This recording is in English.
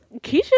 Keisha